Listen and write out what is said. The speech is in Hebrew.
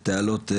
וחקלאות.